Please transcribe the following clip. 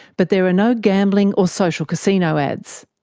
but there are no gambling or social casino ads.